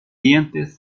dientes